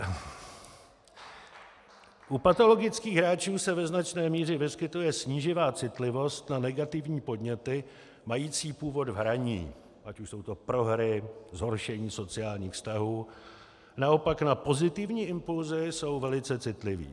U patologických hráčů se ve značné míře vyskytuje snížená citlivost na negativní podněty mající původ v hraní, ať už jsou to prohry, zhoršení sociálních vztahů, naopak na pozitivní impulsy jsou velice citliví.